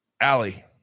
Allie